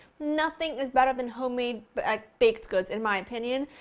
nothing is better than homemade but ah baked goods in my opinion.